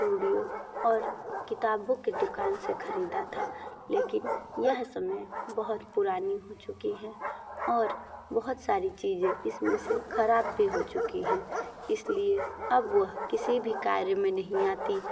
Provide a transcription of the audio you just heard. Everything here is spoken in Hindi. स्टूडियो और किताबों के दुकान से ख़रीदा था लेकिन यह समय बहुत पुरानी हो चुकी हैं और बहुत सारी चीज़ें इस में से ख़राब भी हो चुकी हैं इस लिए अब वह किसी भी कार्य में नहीं आती